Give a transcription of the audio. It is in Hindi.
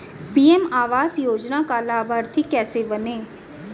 पी.एम आवास योजना का लाभर्ती कैसे बनें?